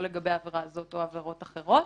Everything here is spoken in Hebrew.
לא לגבי עבירה זאת או עבירות אחרות,